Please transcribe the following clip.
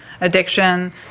addiction